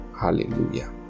hallelujah